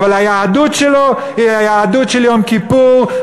היהדות שלו היא יהדות של יום כיפור,